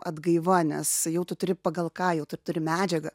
atgaiva nes jau tu turi pagal ką jau tu turi medžiagą